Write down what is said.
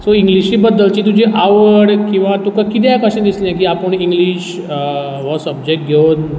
so इंग्लीशी बद्दलची तुजी आवड किंवां तुका कित्याक अशें दिसलें की आपूण इंग्लीश हो सब्जेक्ट घेवन